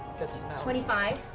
twenty five.